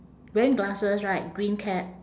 wearing glasses right green cap